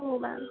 हो मॅम